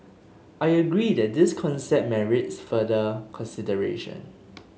I agree that this concept merits further consideration